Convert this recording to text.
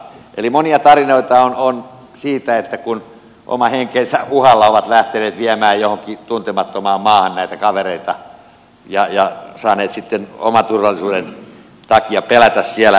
eli monia tarinoita on siitä kun oman henkensä uhalla ovat lähteneet viemään johonkin tuntemattomaan maahan näitä kavereita ja saaneet sitten oman turvallisuutensa takia pelätä siellä